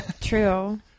true